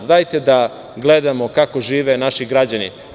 Dajte da gledamo kako žive naši građani.